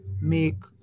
make